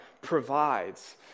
provides